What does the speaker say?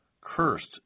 Cursed